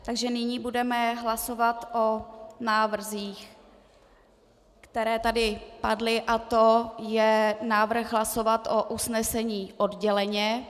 Takže nyní budeme hlasovat o návrzích, které tady padly, a to je návrh hlasovat o usnesení odděleně.